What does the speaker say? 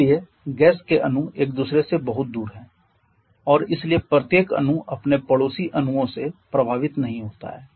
इसलिए गैस के अणु एक दूसरे से बहुत दूर हैं और इसलिए प्रत्येक अणु अपने पड़ोसी अणुओं से प्रभावित नहीं होता है